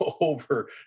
over